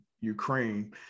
Ukraine